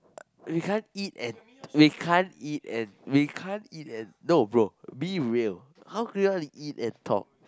we can't eat and we can't eat and we can't eat and no bro be real how can you guys eat and talk